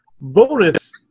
Bonus